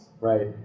right